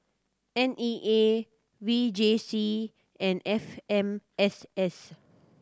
N E A V J C and F M S S